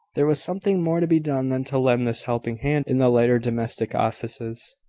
there was something more to be done than to lend this helping hand in the lighter domestic offices.